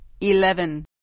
Eleven